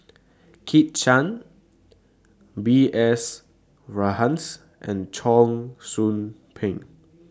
Kit Chan B S Rajhans and Cheong Soo Pieng